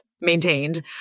maintained